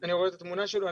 אני רואה את התמונה שלו,